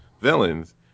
villains